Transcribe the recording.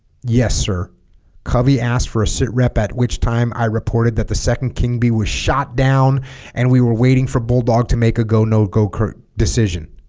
yes sir covey asked for a sit rep at which time i reported that the second king bee was shot down and we were waiting for bulldog to make a go no goku decision